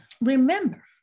remember